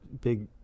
big